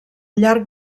llarg